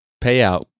Payout